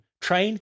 train